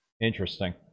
interesting